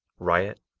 riot,